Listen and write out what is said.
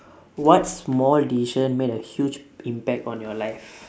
what small decision made a huge impact on your life